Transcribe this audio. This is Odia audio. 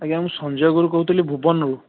ଆଜ୍ଞା ମୁଁ ସଞ୍ଜୟ ଗୁରୁ କହୁଥିଲି ଭୁବନରୁ